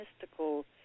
mystical